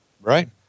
right